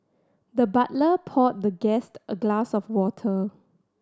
the butler poured the guest a glass of water